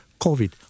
covid